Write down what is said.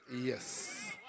Yes